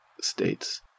states